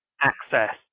access